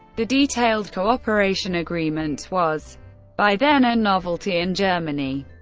the detailed cooperation agreement was by then a novelty in germany.